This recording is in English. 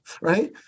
right